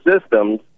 systems